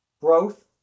growth